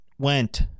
went